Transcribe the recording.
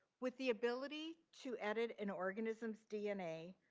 with the ability to edit an organism's dna,